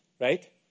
right